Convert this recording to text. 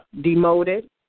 demoted